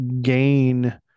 gain